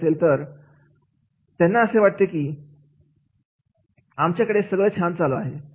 आनंद त्यांना असे वाटते की आमच्याकडे सगळं छान चालू आहे